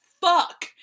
fuck